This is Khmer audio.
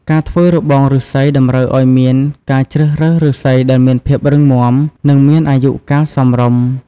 ការធ្វើរបងឬស្សីតម្រូវឱ្យមានការជ្រើសរើសឬស្សីដែលមានភាពរឹងមាំ និងមានអាយុកាលសមរម្យ។